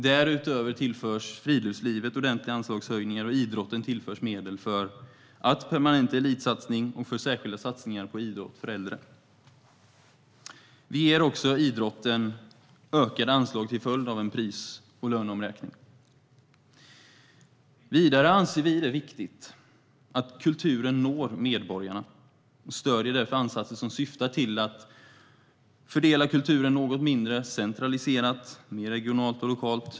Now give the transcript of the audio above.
Därutöver tillförs friluftslivet ordentliga anslagshöjningar, och idrotten tillförs medel för att permanenta elitsatsning och för särskilda satsningar på idrott för äldre. Vi ger också idrotten ökade anslag till följd av en pris och löneomräkning. Vidare anser vi att det är viktigt att kulturen når medborgarna och stöder därför ansatser som syftar till att fördela kulturen något mindre centraliserat och mer regionalt och lokalt.